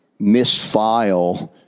misfile